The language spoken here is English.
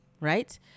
right